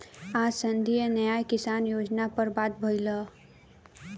आज संघीय न्याय किसान योजना पर बात भईल ह